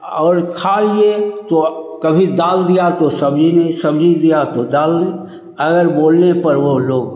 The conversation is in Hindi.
आऊर खाइए तो कभी दाल दिया तो सब्ज़ी नहीं सब्ज़ी दिया तो दाल नहीं अगर बोलने पर वह लोग